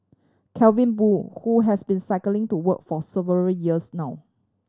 Calvin Boo who has been cycling to work for several years now